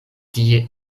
tie